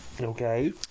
Okay